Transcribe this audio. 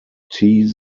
this